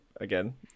again